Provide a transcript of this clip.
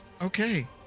Okay